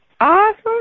Awesome